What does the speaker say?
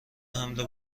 حمل